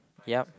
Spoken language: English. yup